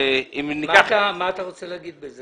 מה אתה רוצה להגיד בזה?